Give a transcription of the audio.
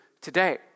today